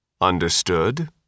Understood